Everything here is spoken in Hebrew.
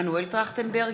מנואל טרכטנברג,